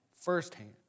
firsthand